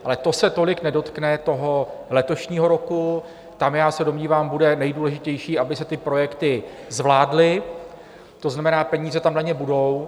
Ale to se tolik nedotkne toho letošního roku, tam se domnívám bude nejdůležitější, aby se ty projekty zvládly, to znamená, peníze tam na ně budou.